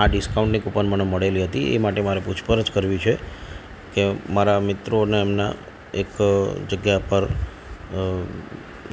આ ડિસકાઉન્ટની કુપન મને મળેલી હતી એ માટે મારે પૂછપરછ કરવી છે કે મારા મિત્રોને એમના એક જગ્યા પર